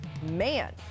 Man